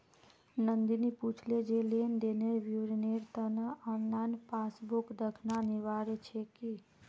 नंदनी पूछले जे लेन देनेर विवरनेर त न ऑनलाइन पासबुक दखना अनिवार्य छेक की